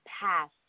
past